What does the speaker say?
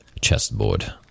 chessboard